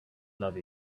love